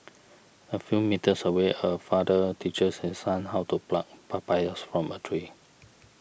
a few metres away a father teaches his son how to pluck papayas from a tree